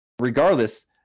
Regardless